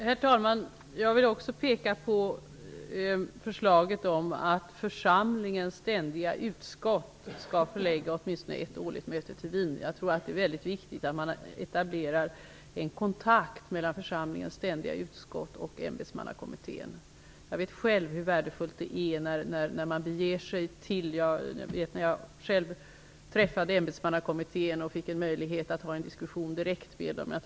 Herr talman! Jag vill också peka på förslaget om att församlingens ständiga utskott skall förlägga åtminstone ett årligt möte till Wien. Jag tror att det är väldigt viktigt att man etablerar en kontakt mellan församlingens ständiga utskott och ämbetsmannakommittén. Jag vet själv hur värdefullt det var när jag träffade ämbetsmannakommittén och fick möjlighet att föra en diskussion direkt med den.